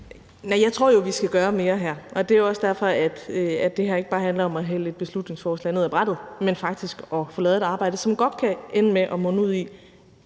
jeg tror jo, vi skal gøre mere her, og det er også derfor, det her ikke bare handler om at hælde et beslutningsforslag ned ad brættet, men faktisk at få lavet et arbejde, som godt kan ende med at munde ud i